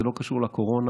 זה לא קשור לקורונה.